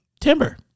Timber